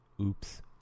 Oops